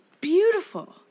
beautiful